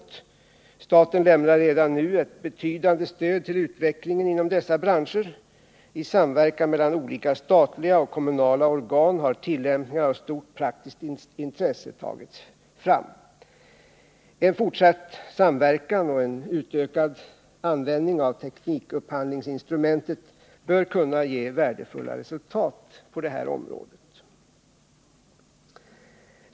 Och staten lämnar redan nu ett betydande stöd till utvecklingen inom dessa branscher. I samverkan mellan olika statliga och kommunala organ har tillämpningar av stort praktiskt intresse tagits fram. En fortsatt samverkan och en utökad användning av teknikupphandlingsinstrumentet bör kunna ge värdefulla resultat på detta område.